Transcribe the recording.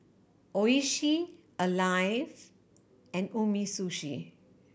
Oishi Alive and Umisushi